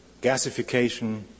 gasification